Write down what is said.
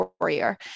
warrior